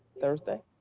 thursday?